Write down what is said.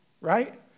Right